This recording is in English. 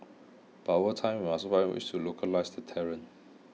but what time we must find ways to localise the talent